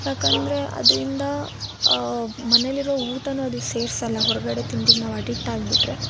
ಯಾಕಂದರೆ ಅದರಿಂದ ಮನೆಯಲ್ಲಿರೊ ಊಟನು ಅದು ಸೇರ್ಸಲ್ಲ ಹೊರಗಡೆ ತಿಂಡಿಗೆ ನಾವು ಅಡಿಕ್ಟ್ ಆಗ್ಬಿಟ್ಟರೆ